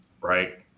Right